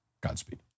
Godspeed